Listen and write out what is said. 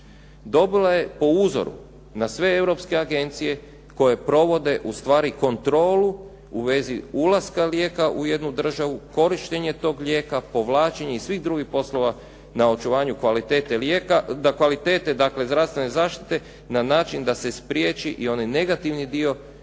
dobila je po uzoru na sve europske agencije koje provode ustvari kontrolu u vezi ulaska lijeka u jednu državu, korištenje tog lijeka, povlačenje i svih drugih poslova na očuvanju kvalitete lijeka da kvalitete dakle zdravstvene zaštite na način da se spriječi i onaj negativni dio koji